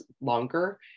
longer